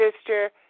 sister